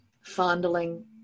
fondling